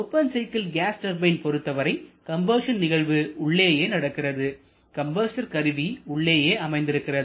open cycle gas turbine பொருத்தவரை combustion நிகழ்வு உள்ளேயே நடக்கிறது கம்பஸ்டர் கருவி உள்ளேயே அமைந்திருக்கிறது